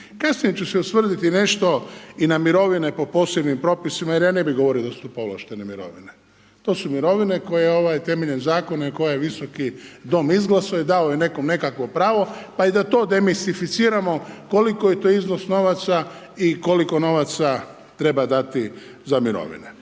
Kasnije ću se osvrnuti nešto i na mirovine po posebnim propisima jer ja ne bih govorio da su tu povlaštene mirovine. To su mirovine koje temeljem zakona i koje je ovaj Visoki dom izglasao i dao je nekom nekakvo pravo. Pa i da to demistificiramo koliki je to iznos novaca i koliko novaca treba dati za mirovine.